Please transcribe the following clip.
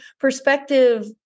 perspective